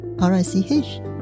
R-I-C-H